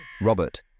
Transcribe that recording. Robert